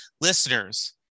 Listeners